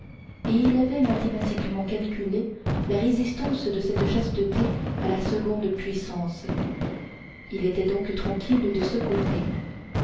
et il avait mathématiquement calculé la résistance de cette chasteté à la seconde puissance il était donc tranquille de ce côté